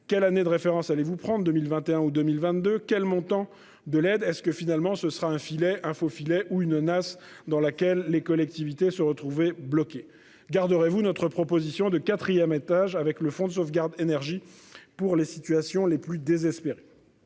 Quelle année de référence. Allez vous prendre 2021 août 2022. Quel montant de l'aide, est-ce que finalement ce sera un filet un filet ou une Nasse dans laquelle les collectivités se retrouver bloqué garderez-vous notre proposition de quatrième étage avec le fonds de sauvegarde énergie pour les situations les plus désespérés.--